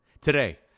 Today